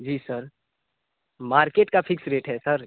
जी sir market का fix rate है sir